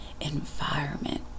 environment